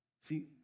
See